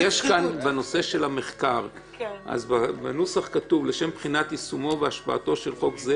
בנושא של המחקר כתוב בנוסח: "לשם בחינת יישומו והשפעתו של חוק זה